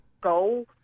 go